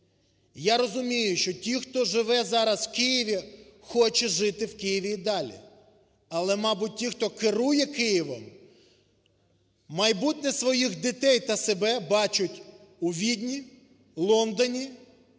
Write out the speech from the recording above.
Я розумію, що ті, хто живе зараз в Києві, хоче жити в Києві і далі. Але, мабуть, ті, хто керує Києвом, майбутнє своїх дітей та себе бачать у Відні, Лондоні,